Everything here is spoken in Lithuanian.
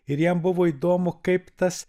ir jam buvo įdomu kaip tas